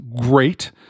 great